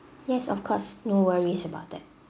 yes of course no worries about that